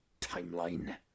timeline